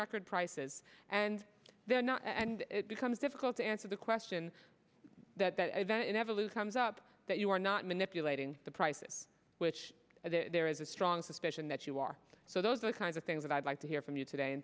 record prices and they're not and it becomes difficult to answer the question that that event in evolution comes up that you are not manipulating the prices which there is a strong suspicion that you are so those are the kinds of things that i'd like to hear from you today